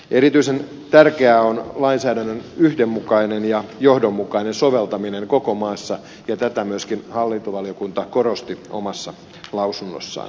erityisen tärkeää on lainsäädännön yhdenmukainen ja johdonmukainen soveltaminen koko maassa ja tätä myöskin hallintovaliokunta korosti omassa mietinnössään